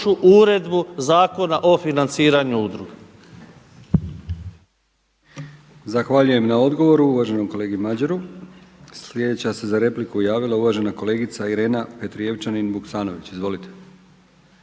uredbu Zakona o financiranju udruga.